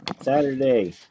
Saturday